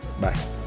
Bye